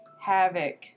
havoc